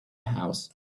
house